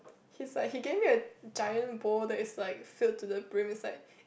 his like he gave me a giant bowl that is like filled to the brim is like